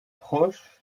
proche